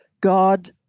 God